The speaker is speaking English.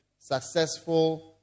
successful